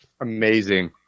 amazing